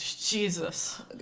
Jesus